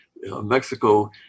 Mexico